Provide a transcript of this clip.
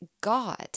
God